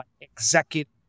executive